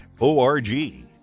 O-R-G